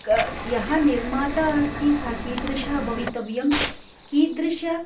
क् यः निर्माता अस्ति सः कीदृशः भवति कीदृशीम्